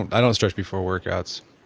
i don't stretch before workouts